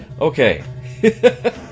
Okay